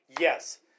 Yes